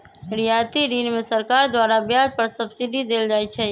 रियायती ऋण में सरकार द्वारा ब्याज पर सब्सिडी देल जाइ छइ